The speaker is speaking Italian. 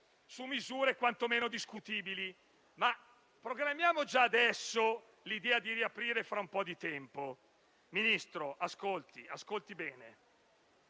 su misure quantomeno discutibili, ma programmiamo già adesso l'idea di riaprire le scuole fra un po' di tempo. Ministro, ascolti bene.